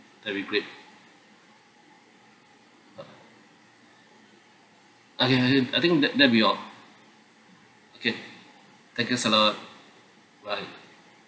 that'll be great ah okay I think I think that'll be all okay thank you a lot bye